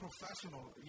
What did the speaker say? professional